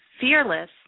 Fearless